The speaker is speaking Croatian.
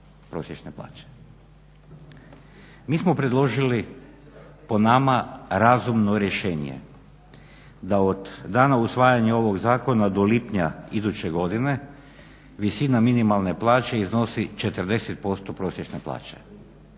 Mi smo predložili po nama razumno rješenje, da od danas usvajanja ovog zakona do lipnja iduće godine visina minimalne plaće iznosi 40% prosječne plaće.